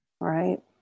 right